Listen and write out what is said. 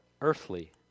earthly